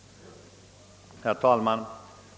Herr talman!